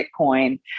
Bitcoin